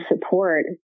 support